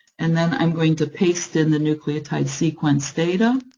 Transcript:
and then i'm going to paste in the nucleotide sequence data.